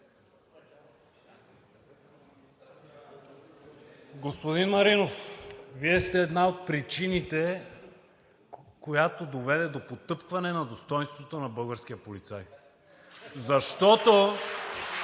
Господин Маринов, Вие сте една от причините, която доведе до потъпкване на достойнството на българския полицай.